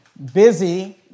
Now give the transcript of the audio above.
Busy